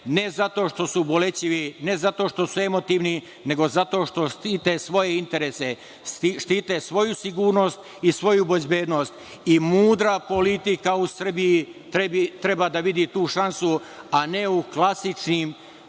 ne zato što su bolećivi, ne zato što su emotivni, nego zato što štite svoje interese, štite svoju sigurnost i svoju bezbednost? Mudra politika u Srbiji treba da vidi tu šansu, a ne u klasičnim,